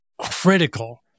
critical